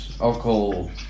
alcohol